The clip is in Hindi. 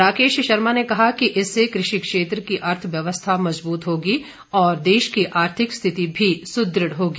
राकेश शर्मा ने कहा कि इससे कृषि क्षेत्र की अर्थव्यवस्था मजबूत होगी और देश की आर्थिक स्थिति भी सुदृढ़ होगी